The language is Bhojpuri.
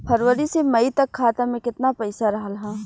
फरवरी से मई तक खाता में केतना पईसा रहल ह?